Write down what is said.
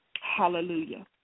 Hallelujah